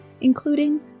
including